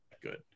good